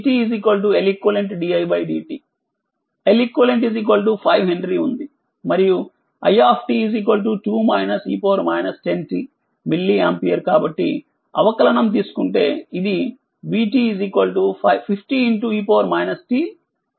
Leq5హెన్రీఉందిమరియుi మిల్లీఆంపియర్కాబట్టి అవకలనం తీసుకుంటే అదిvt 50e 10tమిల్లి వోల్ట్అవుతుంది